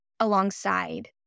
alongside